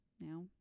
now